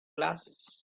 glasses